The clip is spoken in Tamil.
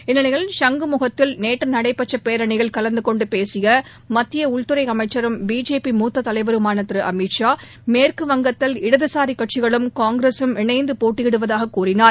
இந்நிலையில் ஷங்குமுகத்தில் நேற்று நடைபெற்ற பேரனியில் கலந்தகொண்டு பேசிய மத்திய உள்துறை அமைச்சரும் பிஜேபி மூத்த தலைவருமான திரு அமித் ஷா மேற்கு வங்கத்தில் இடதுசாரி கட்சிகளும் காங்கிரகம் இணைந்து போட்டயிடுவதாக கூறினார்